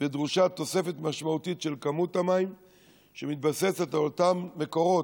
ודרושה תוספת משמעותית של כמות המים שמתבססת על אותם מקורות,